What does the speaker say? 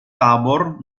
tabor